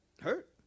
Hurt